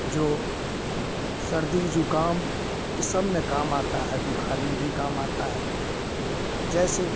जो सर्दी जुकाम ये सब में काम आता है बुखार में भी काम आता है जैसे